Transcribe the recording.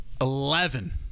Eleven